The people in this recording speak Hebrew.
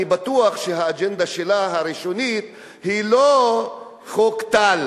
אני בטוח שהאג'נדה הראשונית שלה היא לא חוק טל